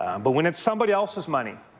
um but when it's somebody else's money,